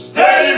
Stay